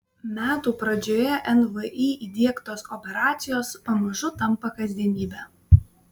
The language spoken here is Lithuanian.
metų pradžioje nvi įdiegtos operacijos pamažu tampa kasdienybe